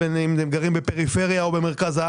מי במוגבלות,